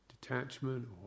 detachment